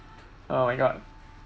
oh my god